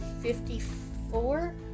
Fifty-four